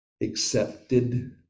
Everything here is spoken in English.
accepted